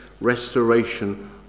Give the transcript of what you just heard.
restoration